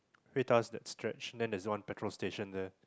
Ruida's that stretch and then there's one petrol station there